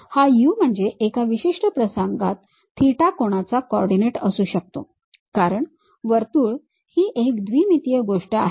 हा u म्हणजे एका विशिष्ट प्रसंगात थिटा कोनाचा कोऑर्डिनेट असू शकतो कारण वर्तुळ ही एक द्विमितीय गोष्ट आहे